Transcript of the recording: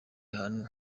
hantu